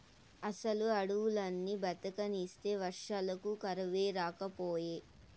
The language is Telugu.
అసలు అడవుల్ని బతకనిస్తే వర్షాలకు కరువే రాకపాయే